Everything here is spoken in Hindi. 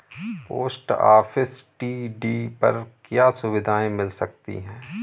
पोस्ट ऑफिस टी.डी पर क्या सुविधाएँ मिल सकती है?